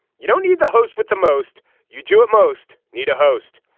you don't need the host with the most you do at most need a host.